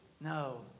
No